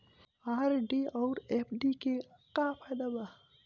RD आउर FD के का फायदा बा?